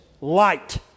Light